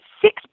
Six